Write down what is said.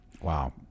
Wow